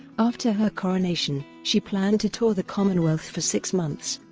after her coronation, she planned to tour the commonwealth for six months.